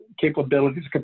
capabilities